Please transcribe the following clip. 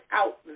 out